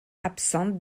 absentes